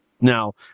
now